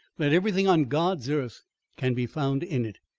that everything on god's earth can be found in it.